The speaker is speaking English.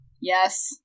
Yes